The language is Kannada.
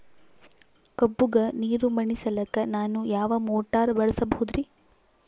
ಕಬ್ಬುಗ ನೀರುಣಿಸಲಕ ನಾನು ಯಾವ ಮೋಟಾರ್ ಬಳಸಬಹುದರಿ?